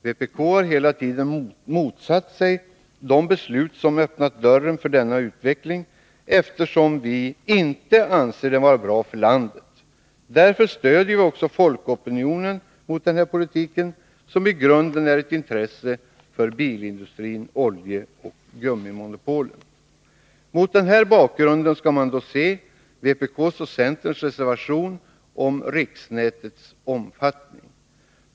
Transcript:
Vpk har hela tiden motsatt sig de beslut som öppnat dörren för denna utveckling, eftersom vi inte anser den vara bra för landet. Därför stöder vi folkopinionen mot denna politik, som i grunden är ett intresse för bilindustrin samt oljeoch gummimonopolen. Mot denna bakgrund skall man se vpk:s och centerns reservation om riksnätets omfattning.